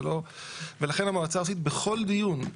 ולכן המועצה הארצית בכל דיון,